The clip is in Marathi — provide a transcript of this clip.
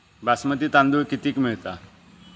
बासमती तांदूळ कितीक मिळता?